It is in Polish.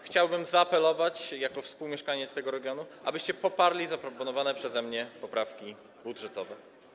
Chciałbym zaapelować jako współmieszkaniec tego regionu, abyście poparli zaproponowane przeze mnie poprawki budżetowe.